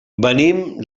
venim